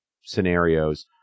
scenarios